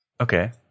Okay